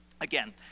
again